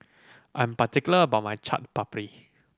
I'm particular about my Chaat Papri